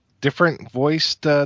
Different-voiced